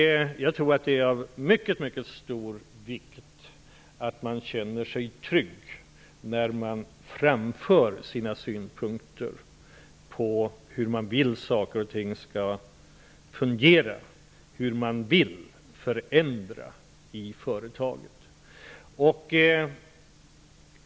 Jag tror att det är av mycket stor vikt att man känner sig trygg när man framför sina synpunkter på hur saker och ting bör fungera och hur man vill förändra i företaget.